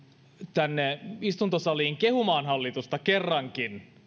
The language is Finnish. tänne istuntosaliin kehumaan hallitusta kerrankin